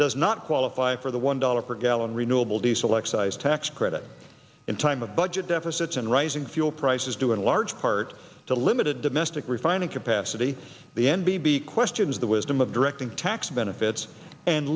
does not qualify for the one dollar per gallon renewable diesel excise tax credit in time of budget deficits and rising fuel prices due in large part to limited domestic refining capacity the n b b questions the wisdom of directing tax benefits and